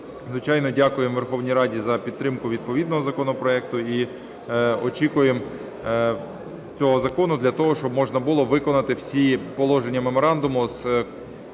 звичайно, дякуємо Верховній Раді за підтримку відповідного законопроекту. І очікуємо цього закону для того, щоб можна було виконати всі положення меморандуму